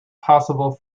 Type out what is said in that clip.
possible